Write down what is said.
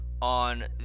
on